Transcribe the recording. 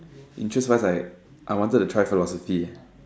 interest wise I I wanted to try fellow fifty